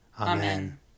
Amen